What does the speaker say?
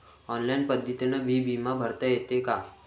Online पद्धतीनं बी बिमा भरता येते का?